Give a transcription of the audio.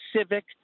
civic